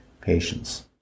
patients